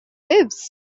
lives